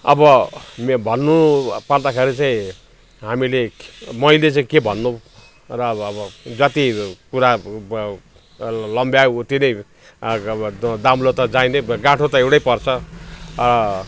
अब म भन्नुपर्दाखेरि चाहिँ हामीले मैले चाहिँ के भन्नु र अब अब जत्ति कुरा ब लम्ब्यायो उति नै अब दाम्लो त जाई नै गाँठो त एउटै पर्छ